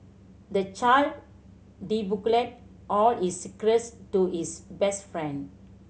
the child all his secrets to his best friend